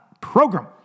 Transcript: program